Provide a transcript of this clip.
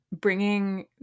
bringing